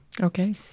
Okay